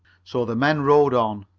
so the men rowed on.